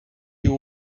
you